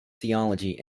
theology